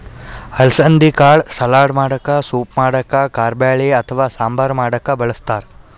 ಅಲಸಂದಿ ಕಾಳ್ ಸಲಾಡ್ ಮಾಡಕ್ಕ ಸೂಪ್ ಮಾಡಕ್ಕ್ ಕಾರಬ್ಯಾಳಿ ಅಥವಾ ಸಾಂಬಾರ್ ಮಾಡಕ್ಕ್ ಬಳಸ್ತಾರ್